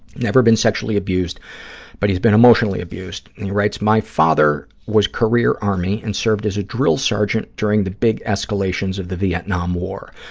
never been sexually abused but he's been emotionally abused. he writes, my father was career army and served as a drill sergeant during the big escalations of the vietnam war.